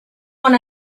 one